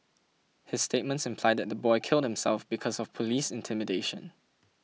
his statements imply that the boy killed himself because of police intimidation